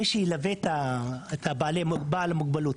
מי שילווה את בעל המוגבלות